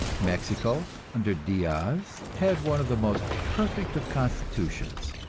mexico under diaz had one of the most perfect of constitutions,